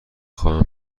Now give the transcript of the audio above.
خواهم